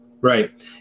Right